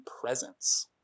presence